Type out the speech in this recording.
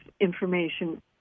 information